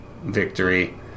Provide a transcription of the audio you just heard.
victory